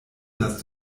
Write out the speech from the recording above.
das